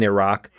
Iraq